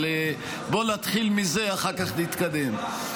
אבל בוא נתחיל מזה, אחר כך נתקדם.